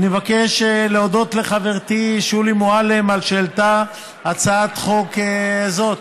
אני מבקש להודות לחברתי שולי מועלם על שהעלתה הצעת חוק זו.